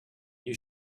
you